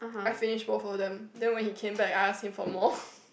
I finish both of them then when he came back I ask him for more